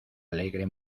alegre